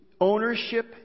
ownership